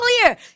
clear